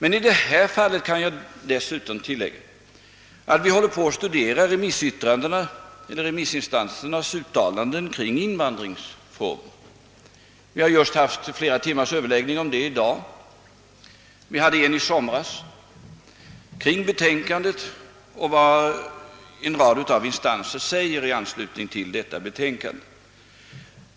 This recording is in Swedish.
I detta fall kan jag emellertid tilllägga att vi håller på att studera de uttalanden kring invandringsfrågor som remissinstanserna har gjort. Vi har just haft en flera timmar lång överläggning om det i dag, och vi hade en annan i somras kring betänkandet och det som en rad instanser skrivit i anslutning till betänkandet.